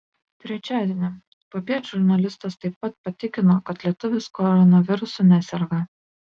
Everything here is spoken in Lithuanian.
trečiadienį popiet žurnalistas taip pat patikino kad lietuvis koronavirusu neserga